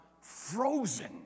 frozen